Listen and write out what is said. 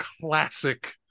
classic